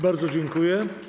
Bardzo dziękuję.